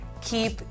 keep